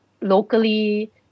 locally